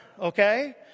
okay